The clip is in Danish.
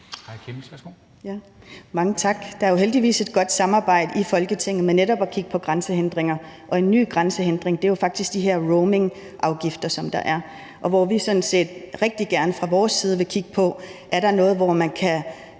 Larsen (IA): Mange tak. Der er jo heldigvis et godt samarbejde i Folketinget om netop at kigge på grænsehindringer. Og en ny grænsehindring er jo faktisk de her roamingafgifter, der er, hvor vi sådan set rigtig gerne fra vores side vil kigge på, om der er en måde at